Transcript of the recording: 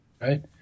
Right